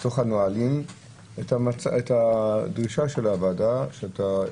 והנהלים את הדרישה של הוועדה שעלתה,